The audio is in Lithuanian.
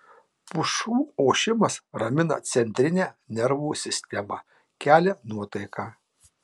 pušų ošimas ramina centrinę nervų sistemą kelia nuotaiką